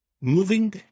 Moving